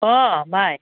अ बाइ